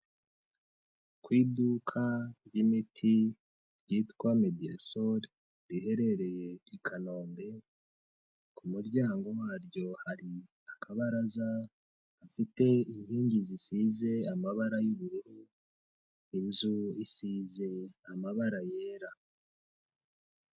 Ku iduka ry'imiti ryitwa Medisol riherereye i Kanombe ku muryango waryo hari akabaraza afite inkingi zisize amabara y'ubururu inzu isize amabara yera.